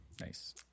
Nice